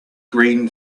green